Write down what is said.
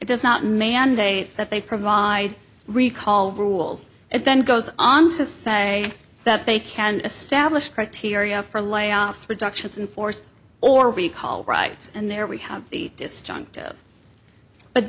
does not mandate that they provide recall rules it then goes on to say that they can establish criteria for layoffs reductions in force or we call rights and there we have the disjunctive but